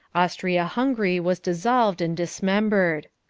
austria-hungary was dissolved and dismembered.